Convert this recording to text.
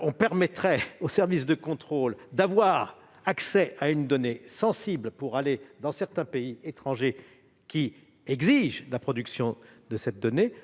on permettrait aux services de contrôle d'avoir accès à une donnée sensible pour aller dans certains pays étrangers qui en exigent la production,